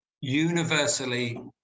universally